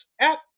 app